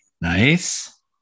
Nice